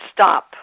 stop